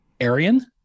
Arian